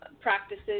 practices